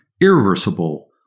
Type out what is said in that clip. irreversible